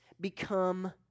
become